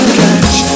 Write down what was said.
catch